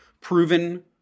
proven